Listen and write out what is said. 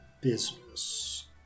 business